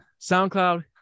soundcloud